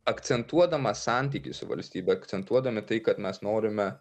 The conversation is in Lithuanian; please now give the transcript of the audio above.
akcentuodamas santykį su valstybe akcentuodami tai kad mes norime